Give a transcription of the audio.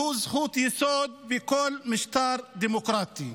שהוא זכות יסוד בכל משטר דמוקרטי.